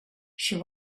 she